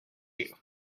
you